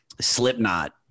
Slipknot